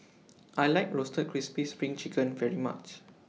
I like Roasted Crispy SPRING Chicken very much